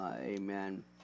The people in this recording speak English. Amen